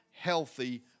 Healthy